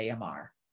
AMR